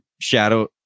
Shadow